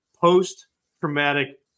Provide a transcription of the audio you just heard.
post-traumatic